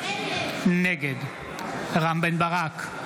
נגד רם בן ברק,